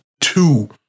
two